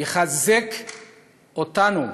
תחזק אותנו